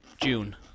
June